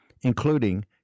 including